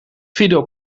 fidel